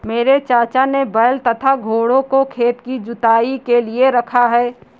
मेरे चाचा ने बैल तथा घोड़ों को खेत की जुताई के लिए रखा है